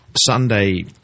Sunday